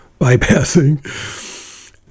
bypassing